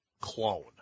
clone